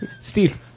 Steve